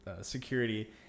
security